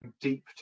deep